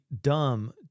dumb